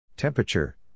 Temperature